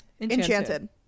Enchanted